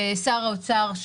שר האוצר,